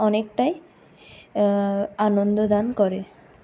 অনেকটাই আনন্দ দান করে